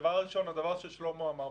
הדבר הראשון, מה ששלמה אמר.